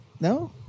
No